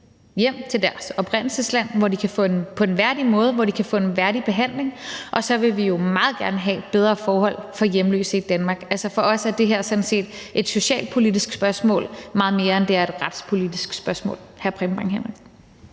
hjem til deres oprindelsesland på en værdig måde, hvor de kan få en værdig behandling, og så vil vi jo meget gerne have bedre forhold for hjemløse i Danmark. Altså, for os er det her sådan set meget mere et socialpolitisk spørgsmål, end det er et retspolitisk spørgsmål, hr. Preben Bang Henriksen.